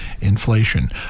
inflation